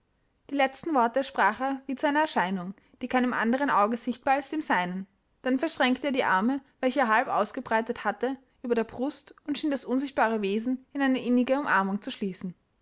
die letzten worte sprach er wie zu einer erscheinung die keinem anderen auge sichtbar als dem seinen dann verschränkte er die arme welche er halb ausgebreitet hatte über der brust und schien das unsichtbare wesen in eine innige umarmung zu schließen